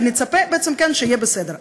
ונצפה שיהיה בסדר.